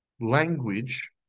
language